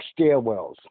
stairwells